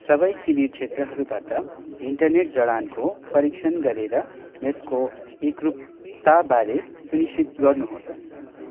सबै शिविर क्षेत्रहरूबाट इन्टरनेट जडानको परीक्षण गरेर यसको एकरूपताबारे सुनिश्चित गर्नुहोस्